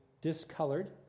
discolored